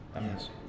yes